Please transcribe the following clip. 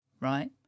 right